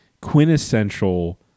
quintessential